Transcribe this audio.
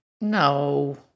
No